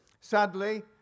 Sadly